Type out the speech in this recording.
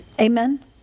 Amen